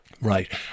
Right